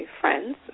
friends